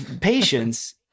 patience